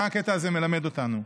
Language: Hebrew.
מה הקטע הזה מלמד אותנו?